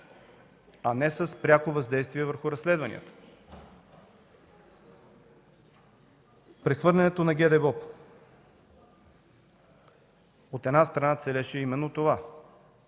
а не с пряко въздействие върху разследванията. Прехвърлянето на ГДБОП, от една страна, целеше именно това